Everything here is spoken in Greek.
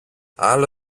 άλλο